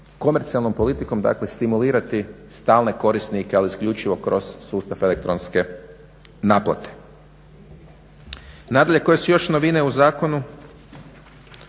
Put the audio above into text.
komercijalnom politikom dakle stimulirati stalne korisnike, ali isključivo kroz sustav elektronske naplate. Nadalje, koje su još novine u zakonu,